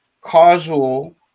causal